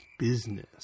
Business